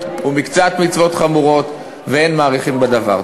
ומקצת מצוות חמורות ואין מאריכין בדבר.